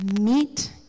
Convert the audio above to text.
meet